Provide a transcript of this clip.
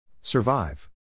Survive